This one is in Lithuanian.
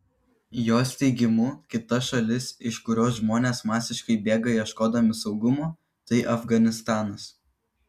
jos teigimu kita šalis iš kurios žmonės masiškai bėga ieškodami saugumo tai afganistanas